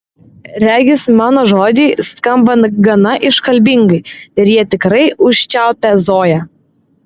regis mano žodžiai skamba gana iškalbingai ir jie tikrai užčiaupia zoją